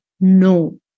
no